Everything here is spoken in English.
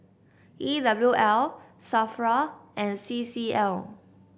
E W L Safra and C C L